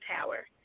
tower